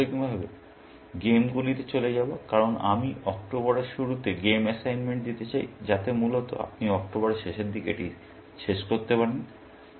আমরা প্রাথমিকভাবে গেমগুলিতে চলে যাব কারণ আমি অক্টোবরের শুরুতে গেম অ্যাসাইনমেন্ট দিতে চাই যাতে মূলত আপনি অক্টোবরের শেষের দিকে এটি শেষ করতে পারেন